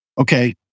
okay